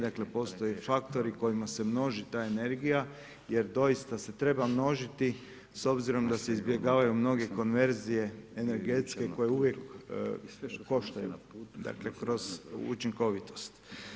Dakle postoje faktori kojima se množi ta energija jer doista se treba množiti s obzirom da se izbjegavaju mnoge konverzije energetske koje uvijek koštaju kroz učinkovitost.